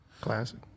Classic